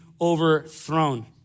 overthrown